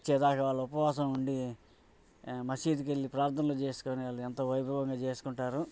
వచ్చేదాకా వాళ్ళు ఉపవాసం ఉండి మసీదుకు వెళ్ళి ప్రార్థనలు చేసుకొని వాళ్ళు ఎంతో వైభవంగా చేసుకుంటారు